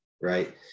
right